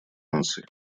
наций